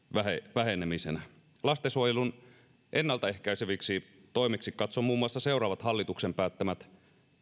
vähenemisenä lastensuojelun ennaltaehkäiseviksi toimiksi katson muun muassa seuraavat hallituksen päättämät